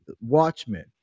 Watchmen